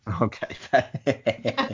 Okay